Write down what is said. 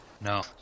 No